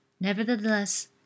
Nevertheless